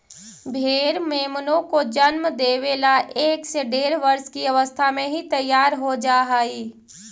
भेंड़ मेमनों को जन्म देवे ला एक से डेढ़ वर्ष की अवस्था में ही तैयार हो जा हई